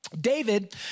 David